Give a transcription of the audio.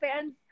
fans